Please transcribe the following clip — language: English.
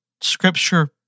scripture